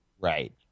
Right